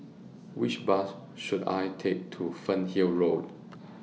Which Bus should I Take to Fernhill Road